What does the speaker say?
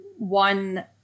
one